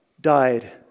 Died